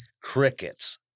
crickets